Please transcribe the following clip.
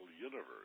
universe